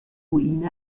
ruine